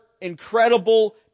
incredible